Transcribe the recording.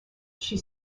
she